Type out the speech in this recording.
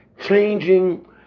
changing